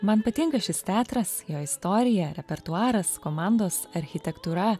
man patinka šis teatras jo istorija repertuaras komandos architektūra